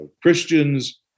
Christians